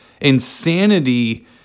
insanity